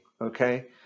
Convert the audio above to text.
okay